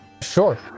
Sure